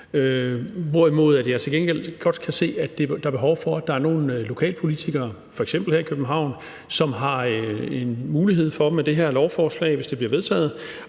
udleje de cykler. Til gengæld kan jeg godt se, at der er behov for, at der er nogle lokalpolitikere, f.eks. her i København, som får mulighed for med det her lovforslag, hvis det bliver vedtaget,